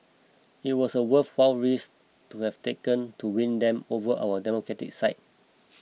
it was a worthwhile risk to have taken to win them over our democratic side